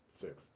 Six